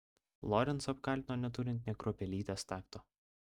lorencą apkaltino neturint nė kruopelytės takto